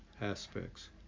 aspects